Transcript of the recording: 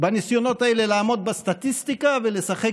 בניסיונות האלה לעמוד בסטטיסטיקה ולשחק